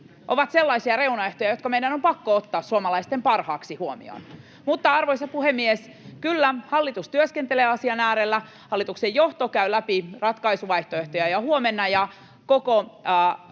ovat sellaisia reunaehtoja, jotka meidän on pakko ottaa suomalaisten parhaaksi huomioon. Arvoisa puhemies! Kyllä, hallitus työskentelee asian äärellä. Hallituksen johto käy läpi ratkaisuvaihtoehtoja jo huomenna, ja koko